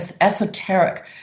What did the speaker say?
esoteric